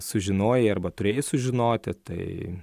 sužinojai arba turėjai sužinoti tai